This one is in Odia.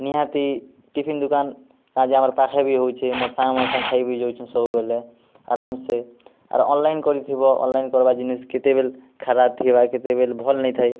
ନିହାତି ଟିଫିନ୍ ଦୋକାନ୍ କାଁଯେ ଆମର୍ ପାଖେ ବି ହଉଛେ ମୋର୍ ସାଙ୍ଗମାନେ ସାଙ୍ଗେ ଖାଉ ବି ଯାଉଛୁ ସବୁବେଲେ ଆରାମ୍ସେ ଆର୍ ଅନ୍ଲାଇନ୍ କରିଥିବ ଅନ୍ଲାଇନ୍ ଜିନିଷ୍ କେତେବେଲେ ଖାରାପ୍ ଥିବା କେତେବେଲେ ଭଲ୍ ନାଇଁ ଥାଏ